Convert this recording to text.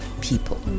people